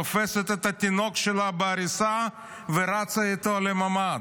תופסת את התינוק שלה בעריסה ורצה איתו לממ"ד.